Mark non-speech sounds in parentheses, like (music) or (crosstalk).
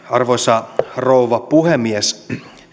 (unintelligible) arvoisa rouva puhemies